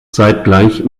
zeitgleich